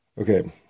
Okay